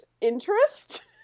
interest